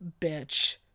Bitch